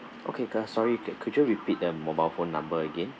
okay ga~ sorry c~ could you repeat the mobile phone number again